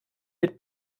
mit